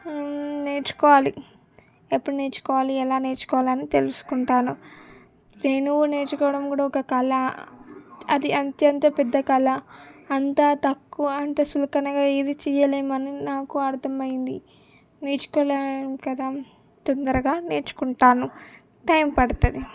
నేర్చుకోవాలి ఎప్పుడు నేర్చుకోవాలి ఎలా నేర్చుకోవాలని తెలుసుకుంటాను వేణువు నేర్చుకోవడం కూడా ఒక కళ అది అత్యంత పెద్ద కళ అంత తక్కువ అంత చులకనగా ఏది చేయలేమని నాకు అర్థం అయ్యింది నేర్చుకోలేము కదా తొందరగా నేర్చుకుంటాను టైం పడుతుంది